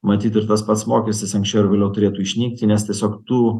matyt ir tas pats mokestis anksčiau ar vėliau turėtų išnykti nes tiesiog tų